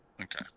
Okay